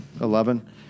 Eleven